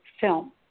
film